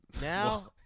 Now